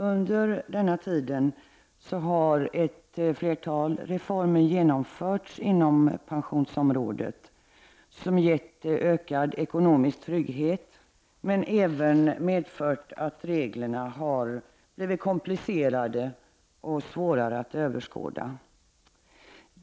Under denna tid har ett flertal reformer genomförts inom pensionsområdet, vilka gett ökad ekonomisk trygghet men även medfört att reglerna har blivit komplicerade och svårare att överskåda.